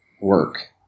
work